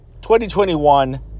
2021